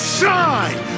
shine